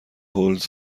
هولز